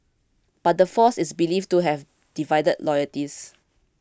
but the force is believed to have divided loyalties